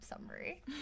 Summary